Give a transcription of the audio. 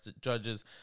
judges